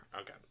okay